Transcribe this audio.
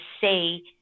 say